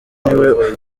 niwe